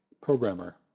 programmer